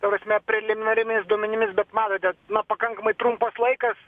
ta prasme preliminarimis duomenimis bet matote na pakankamai trumpas laikas